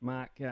Mark